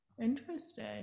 Interesting